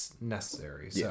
necessary